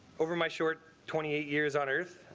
over my short twenty eight years on earth.